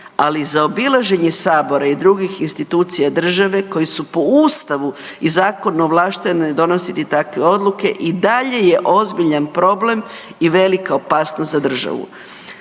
ali zaobilaženje Sabora i drugih institucija koje su po Ustavu i zakonu ovlaštene donositi takve odluke, i dalje je ozbiljan problem i velika opasnost za državu.